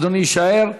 אדוני יישאר.